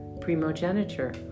primogeniture